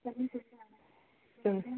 മ്മ്